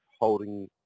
holding